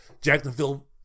Jacksonville